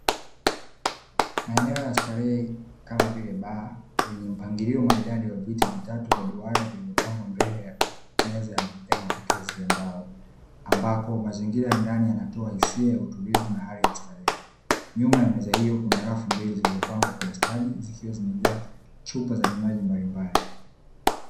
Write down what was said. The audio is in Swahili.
Maeneo ya starehe kama vile baa, yenye mpangilio maridadi wa viti vitatu vya duara vilivyopangwa mbele ya meza ya mapokezi ya mbao, ambako mazingira ya ndani yanatoa hisia ya utulivu na hali ya starehe. Nyuma ya meza hiyo kuna rafu mbili zilizopangwa kwa ustadi zikiwa zimejaa chupa za vinywaji mbalimbali.